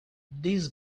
this